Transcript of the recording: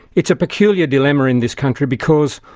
it's a peculiar dilemma in this country because,